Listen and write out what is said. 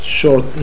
short